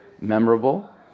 memorable